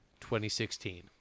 2016